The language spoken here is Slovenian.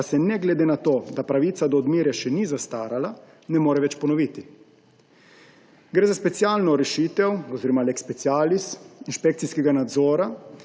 pa se ne glede na to, da pravica do odmere še ni zastarala, ne more več ponoviti. Gre za specialno rešitev oziroma lex specialis inšpekcijskega nadzora